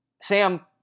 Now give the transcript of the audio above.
Sam